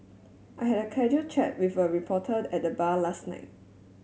I had a casual chat with a reporter at the bar last night